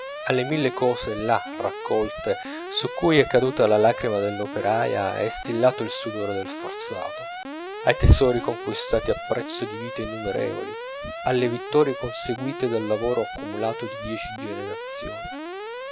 alle mille cose là raccolte su cui è caduta la lacrima dell'operaia e stillato il sudore del forzato ai tesori conquistati a prezzo di vite innumerevoli alle vittorie conseguite dal lavoro accumulato di dieci generazioni